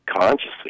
consciously